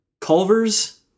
Culver's